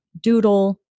doodle